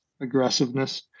aggressiveness